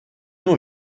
nos